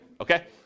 okay